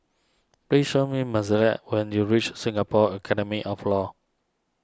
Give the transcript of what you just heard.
please show me Mozelle when you reach Singapore Academy of Law